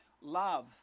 love